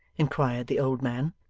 inquired the old man.